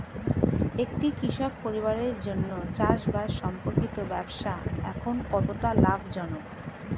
একটি কৃষক পরিবারের জন্য চাষবাষ সম্পর্কিত ব্যবসা এখন কতটা লাভজনক?